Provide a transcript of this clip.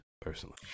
personally